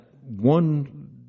one